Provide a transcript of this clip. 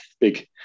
big